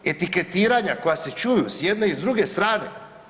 Etiketiranja koja se čuju s jedne i druge strane.